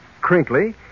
crinkly